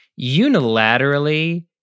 unilaterally